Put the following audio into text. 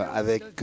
avec